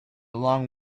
long